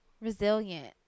resilient